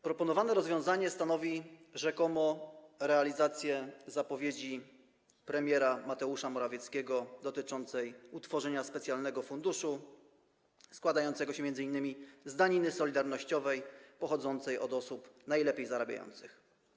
Proponowane rozwiązanie stanowi rzekomo realizację zapowiedzi premiera Mateusza Morawieckiego dotyczącej utworzenia specjalnego funduszu, składającego się m.in. z daniny solidarnościowej pochodzącej od osób najlepiej zarabiających.